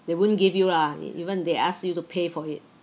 they wouldn't give you lah even they ask you to pay for it